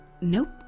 Nope